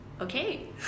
Okay